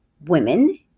Women